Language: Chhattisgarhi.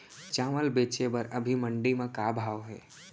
चांवल बेचे बर अभी मंडी म का भाव हे?